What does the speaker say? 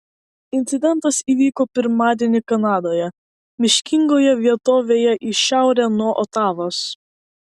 incidentas įvyko pirmadienį kanadoje miškingoje vietovėje į šiaurę nuo otavos